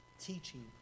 teaching